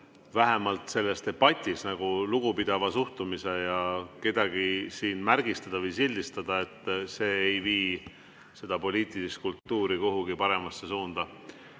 vähemalt selles debatis lugupidava suhtumise, ja kellegi märgistamine või sildistamine siin ei vii seda poliitilist kultuuri kuhugi paremasse suunda.